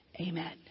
Amen